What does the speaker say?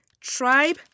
tribe